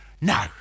No